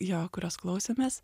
jo kurios klausėmės